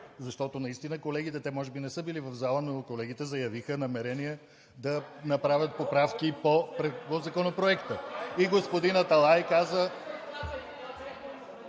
Защото наистина колегите – те може би не са били в залата, но колегите заявиха намерение да направят поправки по Законопроекта. И господин Аталай каза.